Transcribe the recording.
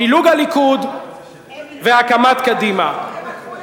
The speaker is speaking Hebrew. פילוג הליכוד והקמת קדימה.